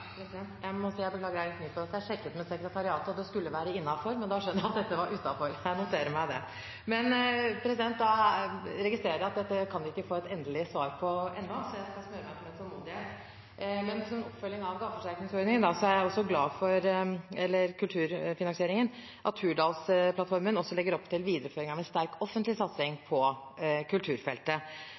Jeg beklager, men jeg sjekket med sekretariatet, og det skulle være innenfor, men jeg skjønner nå at dette var utenfor. Jeg noterer meg det. Jeg registrerer at dette kan vi ikke få et endelig svar på ennå, så jeg skal smøre meg med tålmodighet. Men som en oppfølging av kulturfinansieringen er jeg glad for at Hurdalsplattformen legger opp til en videreføring av en sterk offentlig satsing på kulturfeltet.